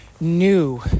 new